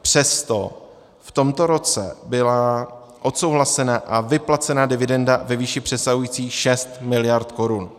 Přesto v tomto roce byla odsouhlasena a vyplacena dividenda ve výši přesahující 6 mld. Kč.